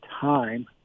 time